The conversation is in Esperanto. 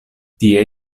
tie